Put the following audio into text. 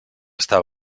estar